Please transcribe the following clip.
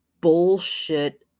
bullshit